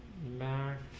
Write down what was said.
man.